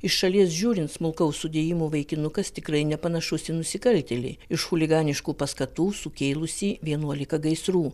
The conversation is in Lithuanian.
iš šalies žiūrint smulkaus sudėjimo vaikinukas tikrai nepanašus į nusikaltėlį iš chuliganiškų paskatų sukėlusį vienuolika gaisrų